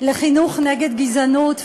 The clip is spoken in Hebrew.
לחינוך נגד גזענות,